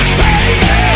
baby